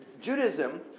Judaism